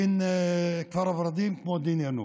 דין כפר ורדים כדין ינוח,